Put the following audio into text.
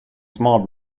small